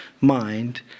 mind